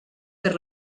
per